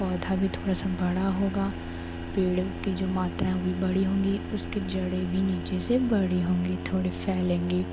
पौधा भी थोड़ा सा बड़ा होगा पेड़ की जो मात्रा है वह बड़ी होगी उसके जाड़े भी नीचे से बड़ी होंगी थोड़े फैलेंगी